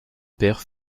perd